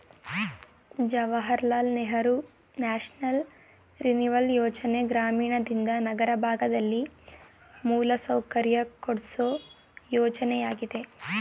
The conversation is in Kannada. ಜವಾಹರ್ ಲಾಲ್ ನೆಹರೂ ನ್ಯಾಷನಲ್ ರಿನಿವಲ್ ಯೋಜನೆ ಗ್ರಾಮೀಣಯಿಂದ ನಗರ ಭಾಗದಲ್ಲಿ ಮೂಲಸೌಕರ್ಯ ಕೊಡ್ಸು ಯೋಜನೆಯಾಗಿದೆ